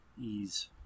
Ease